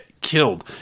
killed